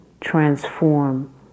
transform